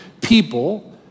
people